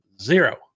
Zero